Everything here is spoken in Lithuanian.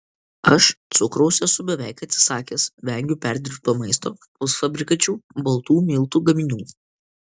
aš cukraus esu beveik atsisakęs vengiu perdirbto maisto pusfabrikačių baltų miltų gaminių